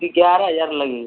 ग्यारह हज़ार लगेगा